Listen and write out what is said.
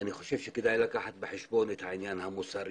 אני חושב שכדאי לקחת בחשבון את העניין המוסרי